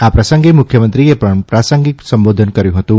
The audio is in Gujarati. આ પ્રસંગે મુખ્યમંત્રીએ પણ પ્રાસંગિક સંબોધન કર્યુંહતું